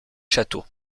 château